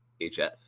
HF